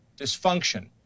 dysfunction